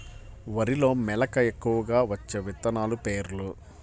వరిలో మెలక ఎక్కువగా వచ్చే విత్తనాలు పేర్లు?